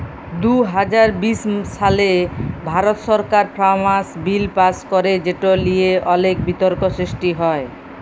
দু হাজার বিশ সালে ভারত সরকার ফার্মার্স বিল পাস্ ক্যরে যেট লিয়ে অলেক বিতর্ক সৃষ্টি হ্যয়